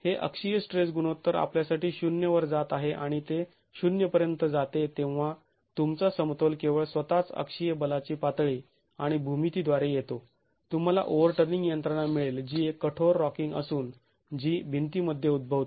हे अक्षीय स्ट्रेस गुणोत्तर आपल्यासाठी ० वर जात आहे आणि ते ० पर्यंत जाते तेव्हा तुमचा समतोल केवळ स्वतःच अक्षीय बलाची पातळी आणि भूमितीद्वारे येतो तुम्हाला ओव्हरटर्निंग यंत्रणा मिळेल जी एक कठोर रॉकिंग असून जी भिंतीमध्ये उद्भवते